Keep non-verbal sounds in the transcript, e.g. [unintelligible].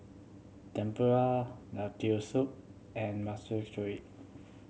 Tempura Lentil Soup and [unintelligible]